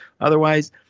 Otherwise